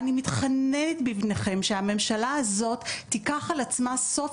אני מתחננת בפניכם שהממשלה הזאת תיקח על עצמה סוף